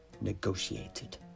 negotiated